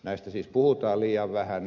näistä siis puhutaan liian vähän